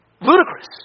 Ludicrous